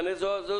כנראה זה הקושי,